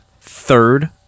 third